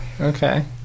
Okay